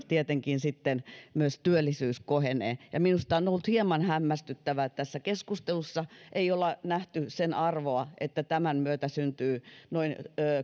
tietenkin sitten myös työllisyys kohenee minusta on ollut hieman hämmästyttävää että tässä keskustelussa ei olla nähty sen arvoa että tämän myötä syntyy noin